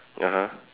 (uh huh)